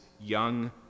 young